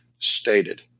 Stated